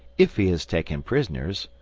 if he has taken prisoners,